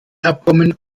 abkommen